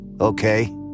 okay